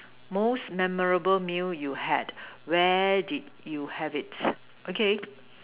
most memorable meal you had where did you have it okay